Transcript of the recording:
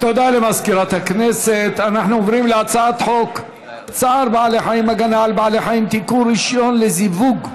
זיהום קשה בנחל אלכסנדר מהווה סכנת חיים לבעלי החיים ותושבי האזור.